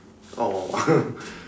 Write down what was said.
!aww!